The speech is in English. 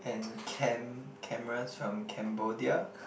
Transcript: and cam cameras from Cambodia